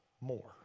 more